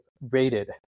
rated